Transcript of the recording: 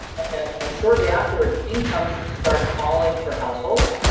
and and shortly afterwards, incomes start falling for households.